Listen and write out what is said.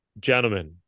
gentlemen